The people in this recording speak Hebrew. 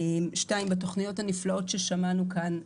שנית, התוכניות הנפלאות שעליהן שמענו כאן,